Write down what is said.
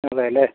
അതെ അല്ലേ